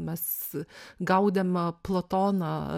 mes gaudėm platoną